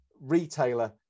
retailer